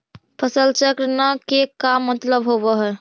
फसल चक्र न के का मतलब होब है?